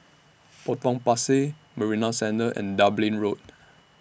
Potong Pasir Marina Centre and Dublin Road